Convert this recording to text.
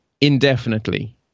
indefinitely